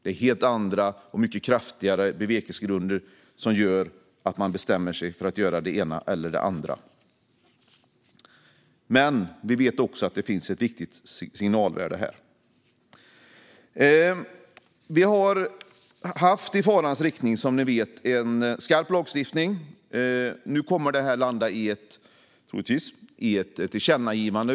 Det är helt andra och mycket kraftigare bevekelsegrunder som gör att man bestämmer sig för det ena eller det andra. Men vi vet också att det finns ett viktigt signalvärde här. Det har, som ni vet, varit fara för skarp lagstiftning. Nu kommer detta troligtvis att landa i ett tillkännagivande.